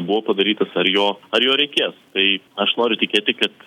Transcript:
buvo padarytas ar jo ar jo reikės tai aš noriu tikėti kad